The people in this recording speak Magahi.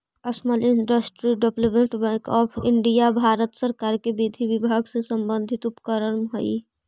small industries development bank of India Bharat सरकार के विधि विभाग से संबंधित उपक्रम हइ